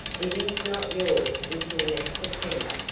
it is not yours until next september,